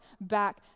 back